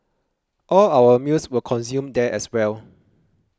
all our meals were consumed there as well